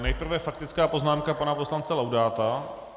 Nejprve faktická poznámka pana poslance Laudáta.